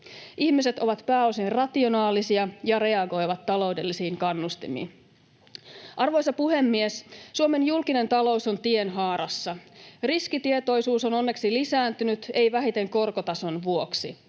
Ihmiset ovat pääosin rationaalisia ja reagoivat taloudellisiin kannustimiin. Arvoisa puhemies! Suomen julkinen talous on tienhaarassa. Riskitietoisuus on onneksi lisääntynyt, ei vähiten korkotason vuoksi.